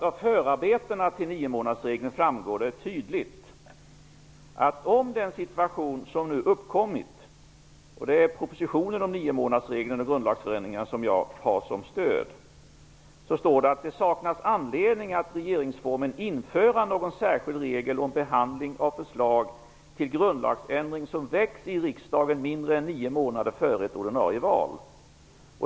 Av förarbetena till niomånadersregeln framgår tydligt att om en sådan situation som nu uppkommit -- som stöd har jag propositionen om niomånadersregeln och grundlagsförändringar -- saknas det anledning att i regeringsformen införa någon särskild regel om behandling av förslag till grundlagsändring som väcks i riksdagen mindre än nio månader före ett ordinarie val.